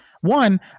one